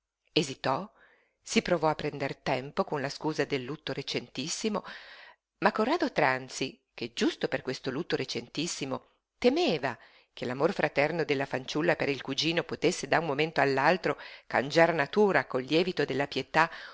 esitò si provò a prender tempo con la scusa del lutto recentissimo ma corrado tranzi che giusto per questo lutto recentissimo temeva che l'amor fraterno della fanciulla per il cugino potesse da un momento all'altro cangiar natura col lievito della pietà